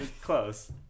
Close